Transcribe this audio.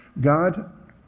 God